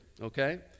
okay